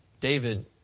David